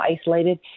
isolated